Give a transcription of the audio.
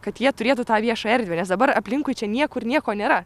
kad jie turėtų tą viešą erdvę nes dabar aplinkui čia niekur nieko nėra